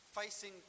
Facing